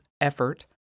effort